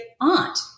aunt